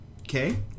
Okay